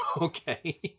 Okay